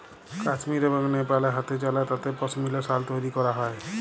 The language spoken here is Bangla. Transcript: কাশ্মীর এবং লেপালে হাতেচালা তাঁতে পশমিলা সাল তৈরি ক্যরা হ্যয়